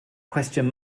cwestiwn